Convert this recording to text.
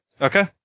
Okay